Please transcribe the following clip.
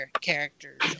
characters